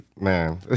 man